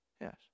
Yes